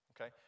Okay